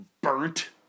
burnt